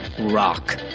rock